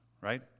right